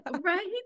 Right